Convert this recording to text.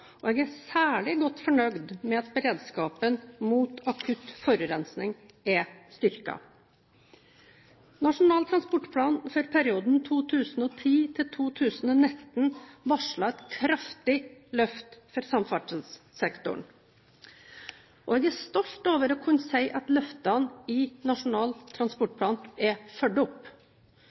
og jeg er særlig godt fornøyd med at beredskapen mot akutt forurensning er styrket. Nasjonal transportplan for perioden 2010 til 2019 varsler et kraftig løft for samferdselssektoren. Jeg er stolt over å kunne si at løftene i Nasjonal transportplan er fulgt opp.